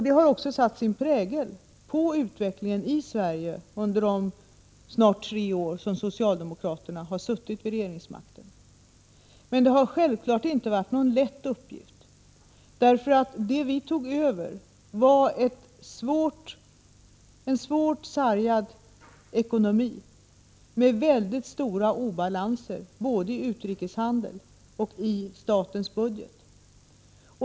Det har satt sin prägel på utvecklingen i Sverige under de snart tre år som socialdemokraterna har haft regeringsmakten. Men det har självfallet inte varit någon lätt uppgift. Vad vi tog över var ju en svårt sargad ekonomi med väldigt stora obalanser både i utrikeshandeln och i statens budget.